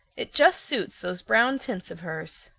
it just suits those brown tints of hers.